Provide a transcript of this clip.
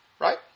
Right